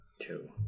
Two